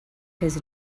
his